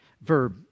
verb